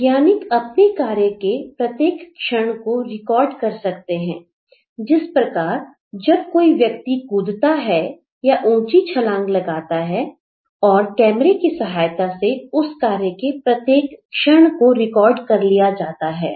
वैज्ञानिक अपने कार्य के प्रत्येक क्षण को रिकॉर्ड कर सकते हैं जिस प्रकार जब कोई व्यक्ति कूदता है या ऊंची छलांग लगाता है और कैमरे की सहायता से उस कार्य के प्रत्येक क्षण को रिकॉर्ड कर लिया जाता है